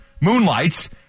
moonlights